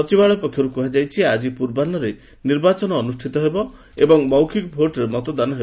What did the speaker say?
ସଚିବାଳୟ ପକ୍ଷରୁ କୁହାଯାଇଛି ଆଜି ପୂର୍ବାହ୍ନରେ ନିର୍ବାଚନ ଅନୁଷ୍ଠିତ ହେବ ଏବଂ ମୌଖିକ ଭୋଟ୍ରେ ମତଦାନ ହେବ